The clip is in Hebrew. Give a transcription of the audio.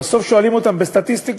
בסוף שואלים בסטטיסטיקות,